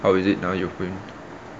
how is it now you going